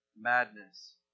madness